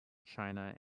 china